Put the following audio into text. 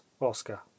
Oscar